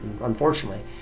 unfortunately